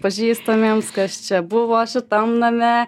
pažįstamiems kas čia buvo šitam name